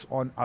on